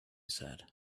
said